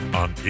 on